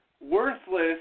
worthless